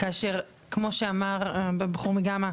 כמו שאמר הבחור מ"גמא",